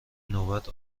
نوبت